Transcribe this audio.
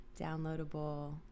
downloadable